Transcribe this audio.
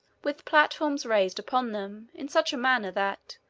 with platforms raised upon them in such a manner that,